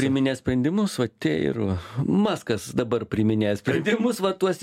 priiminės sprendimus va tie ir va maskas dabar priiminėja sprendimus va tuos